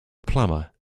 plumber